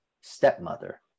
stepmother